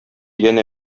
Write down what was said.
янә